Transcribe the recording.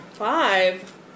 Five